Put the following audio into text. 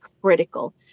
critical